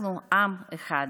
אנחנו עם אחד,